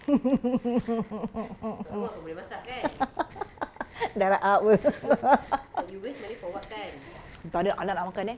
darah up tak ada anak nak makan eh